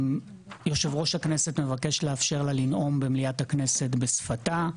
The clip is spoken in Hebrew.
יושב-ראש הכנסת מבקש לאפשר לה לנאום במליאת הכנסת בשפתה.